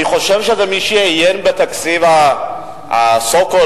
אני חושב שמי שעיין בתקציב ה-so called,